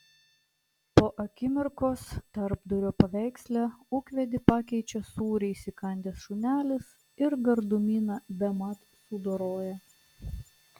po akimirkos tarpdurio paveiksle ūkvedį pakeičia sūrį įsikandęs šunelis ir gardumyną bemat sudoroja